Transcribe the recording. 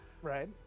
right